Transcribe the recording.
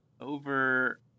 over